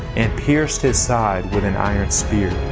and pierced his side with an iron spear.